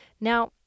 Now